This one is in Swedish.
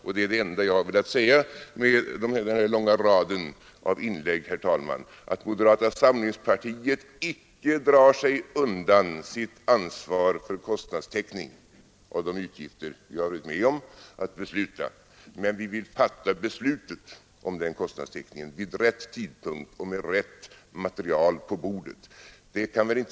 Med denna långa rad av inlägg, herr talman, har jag velat säga att moderata samlingspartiet inte drar sig undan sitt ansvar för kostnadstäckning av de utgifter vi varit med om att besluta, men vi vill fatta beslutet om den kostnadstäckningen vid rätt tidpunkt och med rätt material på bordet.